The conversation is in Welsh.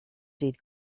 dydd